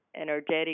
energetic